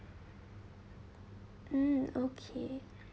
mm okay